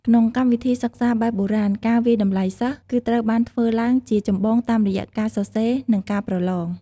ក្នុងកម្មវិធីសិក្សាបែបបុរាណ ការវាយតម្លៃសិស្ស គឺត្រូវបានធ្វើឡើងជាចម្បងតាមរយៈ ការសរសេរ និង ការប្រឡង។